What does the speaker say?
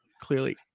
clearly